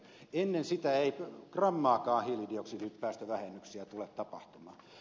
ennen sitä ei grammaakaan hiilidioksidipäästövähennyksiä tule tapahtumaan